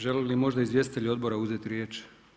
Žele li možda izvjestitelji odbora uzeti riječ?